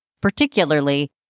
particularly